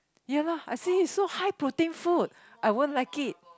ya lor I see so high protein food I won't like it